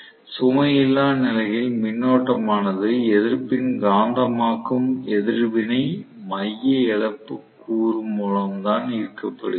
சுமை இல்லா நிலையில் மின்னோட்டமானது எதிர்ப்பின் காந்தமாக்கும் எதிர்வினை மைய இழப்பு கூறு மூலம் தான் ஈர்க்கப்படுகிறது